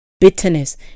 bitterness